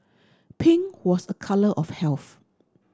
pink was a colour of health